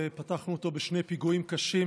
פתחנו אותו בשני פיגועים קשים